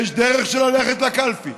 יש דרך של ללכת לקלפי.